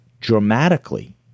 dramatically